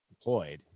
employed